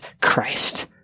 Christ